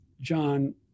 John